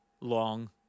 long